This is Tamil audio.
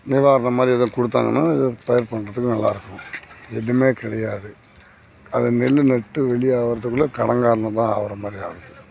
நிவாரணம் மாதிரி எதாது கொடுத்தாங்கன்னா ஏதோ பயிர் பண்ணுறதுக்கு நல்லா இருக்கும் எதுவுமே கிடையாது அதை நெல்லு நட்டு வெளியாகிறதுக்குள்ளே கடன்காரனாக தான் ஆகுற மாதிரி ஆகுது